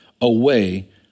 away